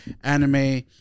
anime